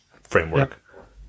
framework